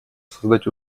создать